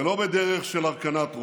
ולא בדרך של הרכנת ראש.